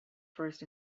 first